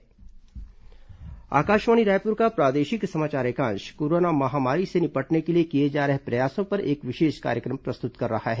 corona विशेष कार्यक्रम आकाशवाणी रायपुर का प्रादेशिक समाचार एकांश कोरोना महामारी से निपटने के लिए किए जा रहे प्रयासों पर एक विशेष कार्यक्रम प्रस्तुत कर रहा है